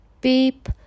beep